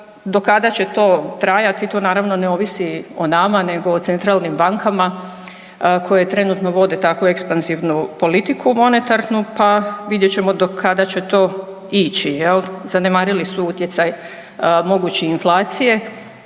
do kada će to trajati to naravno ne ovisi o nama nego o centralnim bankama koje trenutno vode takvu ekspanzivnu politiku monetaru, pa vidjet ćemo do kada će to ići. Zanemarili su utjecaj mogući inflancije